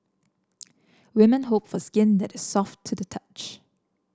women hope for skin that is soft to the touch